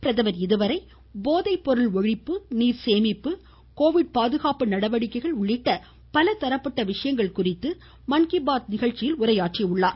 பிரதமர் இதுவரை போதைப்பொருள் ஒழிப்பு நீர்சேமிப்பு கோவிட் பாதுகாப்பு நடவடிக்கைகள் உள்ளிட்ட பலதரப்பட்ட விஷயங்கள் குறித்து உரையாற்றியுள்ளார்